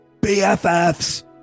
BFFs